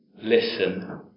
listen